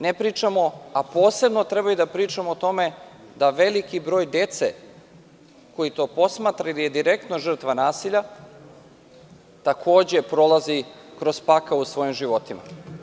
Ne pričamo, a posebno treba da pričamo o tome da veliki broj dece koji to posmatra ili je direktna žrtva nasilja, takođe prolazi kroz pakao u svojim životima.